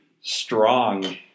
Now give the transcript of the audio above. strong